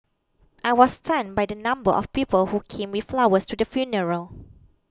I was stunned by the number of people who came with flowers to the funeral